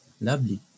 lovely